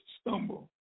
stumble